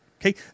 Okay